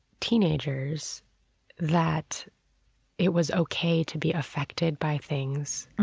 teenagers that it was ok to be affected by things,